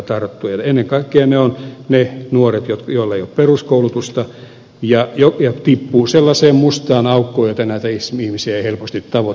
ennen kaikkea ne ovat ne nuoret joilla ei ole peruskoulutusta ja jotka tippuvat sellaiseen mustaan aukkoon josta näitä ihmisiä ei helposti tavoiteta